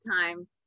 time